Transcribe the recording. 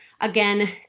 again